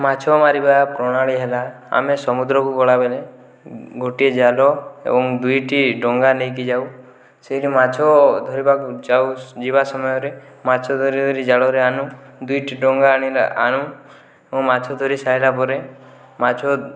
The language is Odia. ମାଛ ମାରିବା ପ୍ରଣାଳୀ ହେଲା ଆମେ ସମୁଦ୍ରକୁ ଗଲାବେଳେ ଗୋଟିଏ ଜାଲ ଏବଂ ଦୁଇଟି ଡଙ୍ଗା ନେଇକି ଯାଉ ସେଇଟି ମାଛ ଧରିବାକୁ ଯାଉ ଯିବା ସମୟରେ ମାଛ ଧରି ଧରି ଜାଲରେ ଆଣୁ ଦୁଇଟି ଡଙ୍ଗା ଆଣୁ ଓ ମାଛ ଧରି ସାଇଲାପରେ ମାଛ